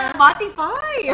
Spotify